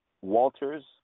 Walter's